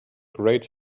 great